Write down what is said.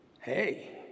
hey